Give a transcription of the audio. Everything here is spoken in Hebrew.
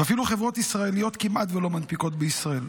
ואפילו חברות ישראליות כמעט לא מנפיקות בישראל.